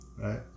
right